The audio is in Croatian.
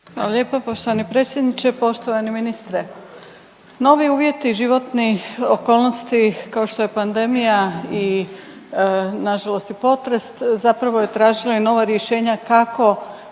Hvala lijepa poštovani predsjedniče, poštovani ministre. Novi uvjetni životni okolnosti kao što je pandemija i nažalost i potres, zapravo je tražilo i nova rješenja kako